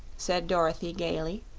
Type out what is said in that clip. said dorothy, gaily,